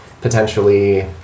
potentially